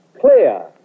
clear